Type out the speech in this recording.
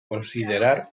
considerar